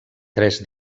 tres